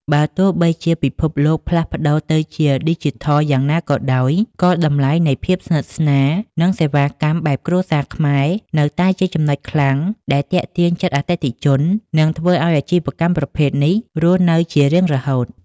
បើទោះជាពិភពលោកផ្លាស់ប្តូរទៅជាឌីជីថលយ៉ាងណាក៏ដោយ ក៏តម្លៃនៃភាពស្និទ្ធស្នាល និងសេវាកម្មបែបគ្រួសារខ្មែរនៅតែជាចំណុចខ្លាំងដែលទាក់ទាញចិត្តអតិថិជន និងធ្វើឱ្យអាជីវកម្មប្រភេទនេះរស់នៅជារៀងរហូត។